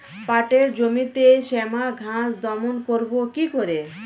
পাটের জমিতে শ্যামা ঘাস দমন করবো কি করে?